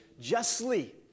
justly